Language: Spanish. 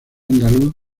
andaluz